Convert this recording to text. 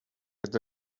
had